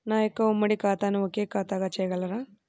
నా యొక్క ఉమ్మడి ఖాతాను ఒకే ఖాతాగా చేయగలరా?